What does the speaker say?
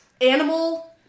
animal